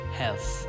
health